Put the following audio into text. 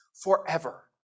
forever